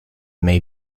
may